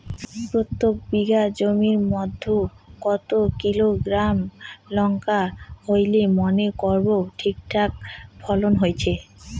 প্রত্যেক বিঘা জমির মইধ্যে কতো কিলোগ্রাম লঙ্কা হইলে মনে করব ঠিকঠাক ফলন হইছে?